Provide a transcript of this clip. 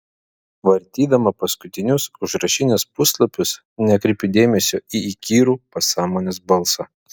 vartydama paskutinius užrašinės puslapius nekreipiu dėmesio į įkyrų pasąmonės balsą